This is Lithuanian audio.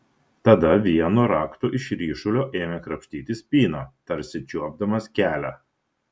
tada vienu raktu iš ryšulio ėmė krapštyti spyną tarsi čiuopdamas kelią